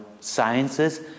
sciences